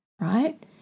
right